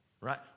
Right